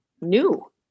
new